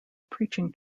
preaching